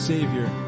Savior